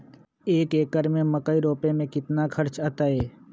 एक एकर में मकई रोपे में कितना खर्च अतै?